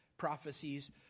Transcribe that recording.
prophecies